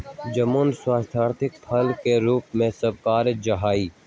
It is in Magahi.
जामुन स्वास्थ्यवर्धक फल के रूप में स्वीकारा जाहई